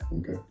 okay